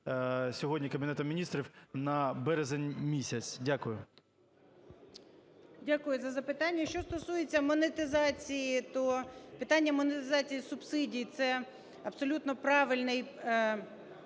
сьогодні Кабінетом Міністрів на березень місяць? Дякую. 12:56:15 МАРКАРОВА О.С. Дякую за запитання. Що стосується монетизації. Питання монетизації субсидій – це абсолютно правильний